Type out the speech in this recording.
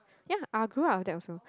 ya I were grew up with that also